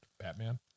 Batman